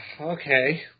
Okay